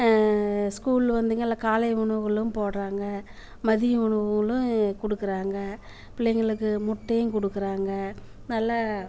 ஸ்கூலில் வந்துங்க எல்லா காலை உணவுகளும் போடுறாங்க மதிய உணவுகளும் கொடுக்குறாங்க பிள்ளைகளுக்கு முட்டையும் கொடுக்குறாங்க நல்லா